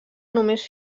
només